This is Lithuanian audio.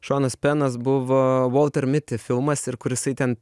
šonas penas buvo volter mity filmas ir kur jisai ten